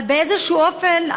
אבל באיזשהו אופן,